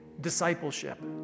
discipleship